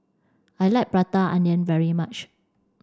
I like prata onion very much